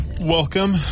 welcome